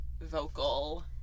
vocal